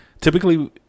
typically